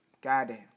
Goddamn